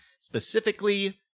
specifically